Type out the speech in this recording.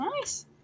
nice